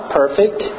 perfect